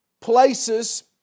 places